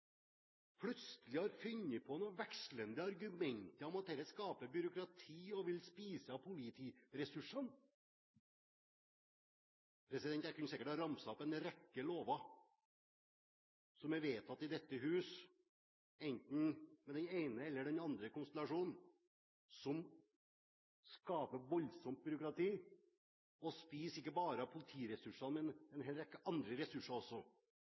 plutselig har funnet på noen vekslende argumenter om at dette skaper byråkrati og vil spise av politiressursene. Jeg kunne sikkert ha ramset opp en rekke lover som er vedtatt i dette hus, enten med den ene eller den andre konstellasjon, som skaper voldsomt byråkrati og spiser ikke bare av politiressursene, men også av en hel rekke andre ressurser.